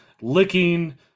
licking